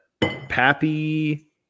Pappy